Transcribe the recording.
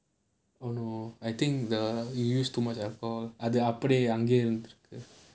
oh no I think the you use too much alcohol அது அப்டியே அங்கேயே இருந்துருக்கு:adhu apdiyae angaeyae irunthurukku